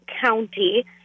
County